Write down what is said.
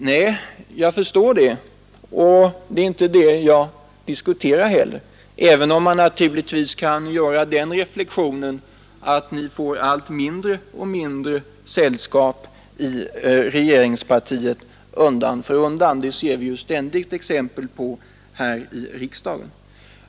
Nej, jag förstår det och det är inte det jag diskuterar heller, även om man naturligtvis kan göra den reflexionen att ni får allt mindre och mindre sällskap i regeringspartiet undan för undan. Det ser vi ständigt exempel på här i riksdagen.